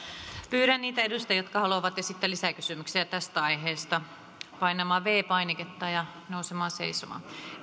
pyydän niitä edustajia jotka haluavat esittää lisäkysymyksiä tästä aiheesta painamaan viides painiketta ja nousemaan seisomaan